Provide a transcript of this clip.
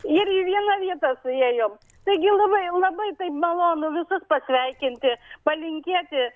ir į vieną vietą suiejom taigi labai labai taip malonu visus pasveikinti palinkėti